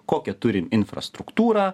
kokią turim infrastruktūrą